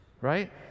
Right